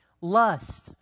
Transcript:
Lust